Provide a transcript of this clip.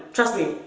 trust me,